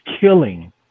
killing